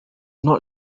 not